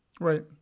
Right